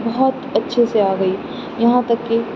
بہت اچھے سے آ گئی یہاں تک کہ